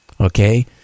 okay